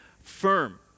firm